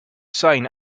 sign